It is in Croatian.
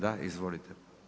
Da, izvolite.